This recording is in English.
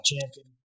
champion